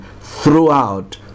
throughout